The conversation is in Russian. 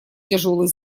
тяжелый